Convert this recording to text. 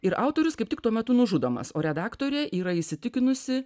ir autorius kaip tik tuo metu nužudomas o redaktorė yra įsitikinusi